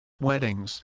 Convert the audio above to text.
Weddings